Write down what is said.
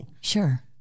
Sure